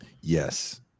yes